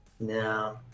No